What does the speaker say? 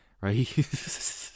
right